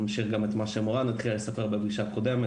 אני אמשיך גם את מה שמורן התחילה לספר בפגישה הקודמת.